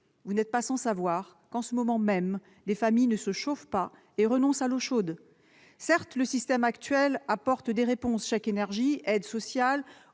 vous n'êtes pas sans le savoir, en ce moment même, des familles ne se chauffent pas et renoncent à l'eau chaude. Certes, le système actuel apporte des réponses- chèque énergie, aides sociales,